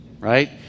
right